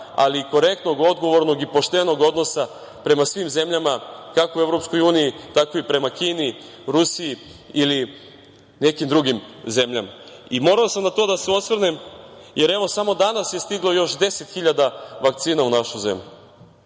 ali i korektnog, odgovornog i poštenog odnosa prema svim zemljama, kako u EU, tako i prema Kini, Rusiji ili nekim drugim zemljama. Morao sam na to da se osvrnem, jer samo danas je stiglo 10.000 vakcina u našu zemlju,